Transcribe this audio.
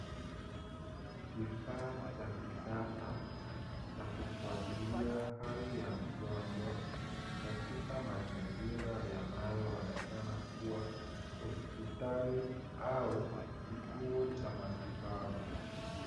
Kifaa cha kisasa za kufuatilia hali ya mgonjwa katika mazingira yanayoonekana kuwa hospitali au kituo cha matibabu.